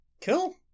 Cool